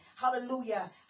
Hallelujah